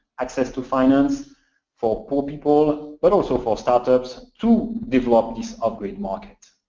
access to finance for poor people, but also for startups to develop this off-grid market.